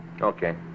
Okay